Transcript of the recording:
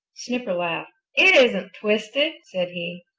snipper laughed. it isn't twisted, said he.